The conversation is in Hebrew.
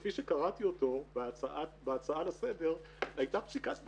כפי שקראתי אותו בהצעה לסדר, היה פסיקת בג"ץ,